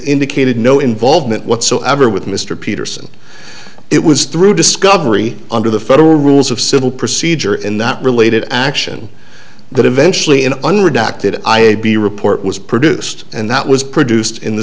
indicated no involvement whatsoever with mr peterson it was through discovery under the federal rules of civil procedure in that related action that eventually an unredacted i a b report was produced and that was produced in the